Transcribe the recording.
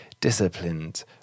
disciplined